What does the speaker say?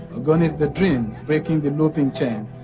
ogoni is the dream breaking the looping chain.